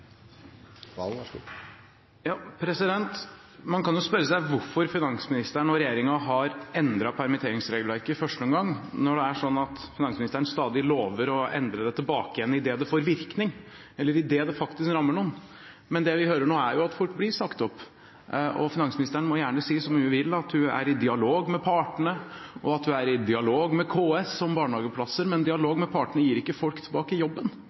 Man kan spørre seg hvorfor finansministeren og regjeringen har endret permitteringsregelverket i første omgang, når det er sånn at finansministeren stadig lover å endre det tilbake igjen idet det får virkning, eller idet det faktisk rammer noen. Men det vi hører nå, er at folk blir sagt opp. Finansministeren må gjerne si så mye hun vil at hun er i dialog med partene, og at hun er i dialog med KS om barnehageplasser, men dialog med partene gir ikke folk tilbake jobben